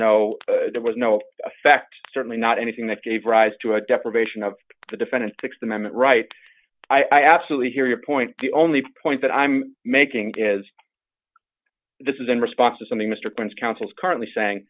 no there was no effect certainly not anything that gave rise to a deprivation of the defendant th amendment rights i absolutely hear your point the only point that i'm making is this is in response to something mr prince counsels currently saying